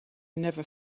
never